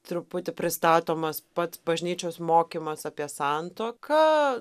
truputį pristatomas pats bažnyčios mokymas apie santuoką